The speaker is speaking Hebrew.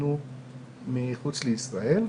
שהתחתנו מחוץ לישראל.